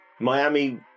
Miami